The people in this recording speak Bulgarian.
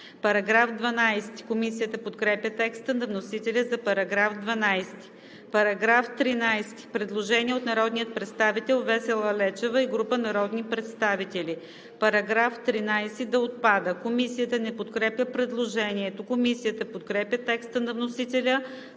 за § 11. Комисията подкрепя текста на вносителя за § 12. По § 13 има предложение от народният представител Весела Лечева и група народни представители –§ 13 да отпадне. Комисията не подкрепя предложението. Комисията подкрепя текста на вносителя